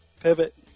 Pivot